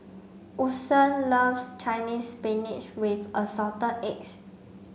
Woodson loves Chinese spinach with assorted eggs